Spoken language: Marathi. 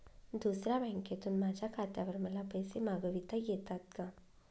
दुसऱ्या बँकेतून माझ्या खात्यावर मला पैसे मागविता येतात का?